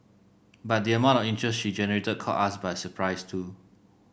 but the amount of interest she generated caught us by surprise too